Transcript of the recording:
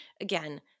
again